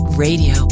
Radio